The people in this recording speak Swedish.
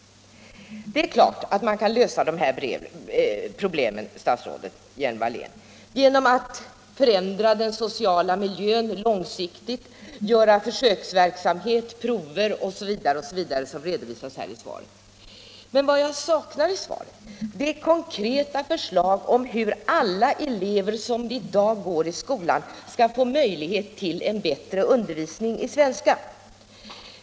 Det är klart att man kan lösa de här problemen, statsrådet Hjelm Wallén, genom att förändra den sociala miljön långsiktigt, bedriva försöksverksamhet, pröva förslag osv. — såsom redovisas i svaret. Men vad jag saknar i svaret är konkreta förslag om hur alla elever som i dag går i skolan skall få möjlighet till en bättre undervisning i svenska.